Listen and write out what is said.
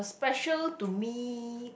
special to me